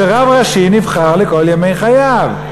שרב ראשי נבחר לכל ימי חייו?